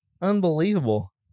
Unbelievable